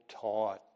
taught